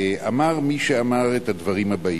אמר מי שאמר את הדברים הבאים: